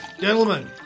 Gentlemen